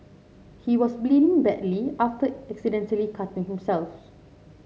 he was bleeding badly after accidentally cutting him